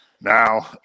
now